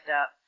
up